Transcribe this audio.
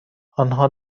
آنها